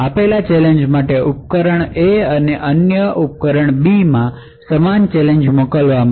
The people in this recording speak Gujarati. આપેલ ચેલેંજ માટે ઉપકરણ A અને અન્ય ઉપકરણ Bમાં સમાન ચેલેન્જ મોકલવામાં આવી